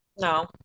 No